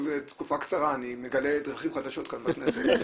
תקופה קצרה אני מגלה דרכים חדשות כאן בכנסת.